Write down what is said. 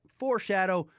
foreshadow